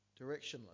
directionless